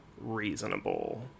reasonable